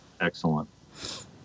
Excellent